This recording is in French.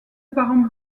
parents